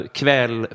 kväll